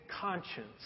conscience